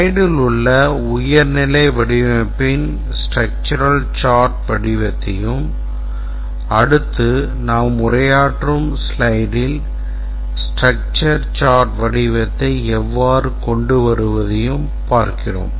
ஸ்லைடில் உள்ள உயர் நிலை வடிவமைப்பின் structure chart வடிவத்தையும் அடுத்து நாம் உரையாற்றும் ஸ்லைடில் structure chart வடிவத்தை எவ்வாறு கொண்டு வருவதையும் பார்க்கிறோம்